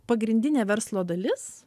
pagrindinė verslo dalis